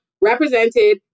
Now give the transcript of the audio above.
represented